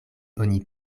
oni